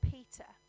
Peter